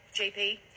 JP